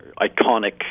iconic